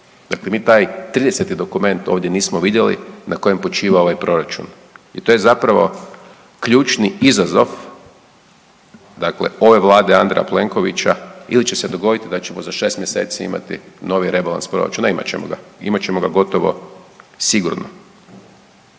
Dakle mi taj 30. dokument ovdje nismo vidjeli na kojem počiva ovaj Proračun i to je zapravo ključni izazov, dakle ove Vlade i Andreja Plenkovića ili ćemo se dogoditi da ćemo za 6 mjeseci imati novi rebalans proračuna. Ne, imat ćemo ga, imat ćemo ga gotovo sigurno.